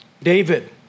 David